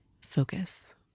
focus